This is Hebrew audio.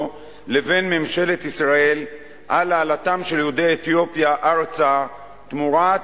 לבין ממשלת ישראל על העלאתם של יהודי אתיופיה ארצה תמורת